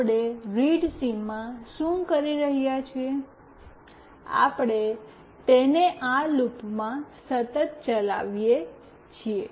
આપણે રીડસિમમાં શું કરી રહ્યા છીએ આપણે તેને આ લૂપમાં સતત ચલાવીએ છીએ